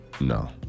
no